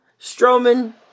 Strowman